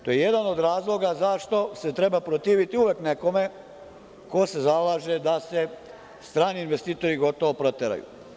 To je jedan od razloga zašto se treba protiviti uvek nekome ko se zalaže da se strani investitori gotovo proteraju.